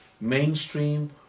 mainstream